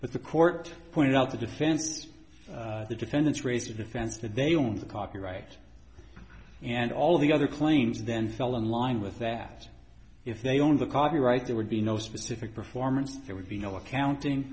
but the court pointed out the defense is the defendants raise a defense that they own the copyright and all of the other claims then fell in line with that if they own the copyright there would be no specific performance there would be no accounting